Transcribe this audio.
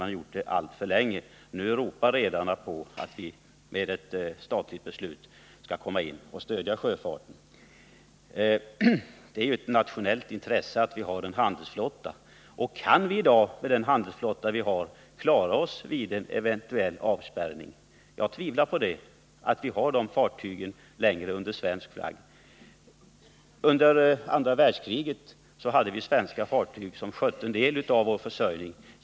Nu ropar emellertid redarna på ett statligt beslut om stöd till sjöfarten. Det är ju ett nationellt intresse att vi har en handelsflotta. Kan vi i dag med den handelsflotta som vi har klara oss vid en eventuell avspärrning? Jag tvivlar på att vi har tillräckligt med fartyg under svensk flagg. Under andra världskriget skötte svenska fartyg en del av vår försörjning.